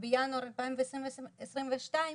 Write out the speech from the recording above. ובינואר 2022,